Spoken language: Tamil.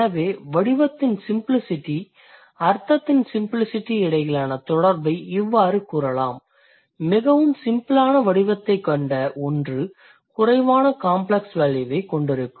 எனவே வடிவத்தின் சிம்பிளிசிட்டி அர்த்தத்தின் சிம்பிளிசிட்டி இடையிலான தொடர்பை இவ்வாறு கூறலாம் மிகவும் சிம்பிளான வடிவத்தைக் கொண்ட ஒன்று குறைவான காம்ப்ளக்ஸ் வேல்யூவைக் கொண்டிருக்கும்